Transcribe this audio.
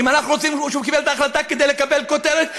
אם אנחנו רוצים לומר שהוא קיבל את ההחלטה כדי לקבל כותרת,